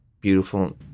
beautiful